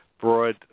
broad